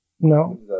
No